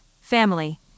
family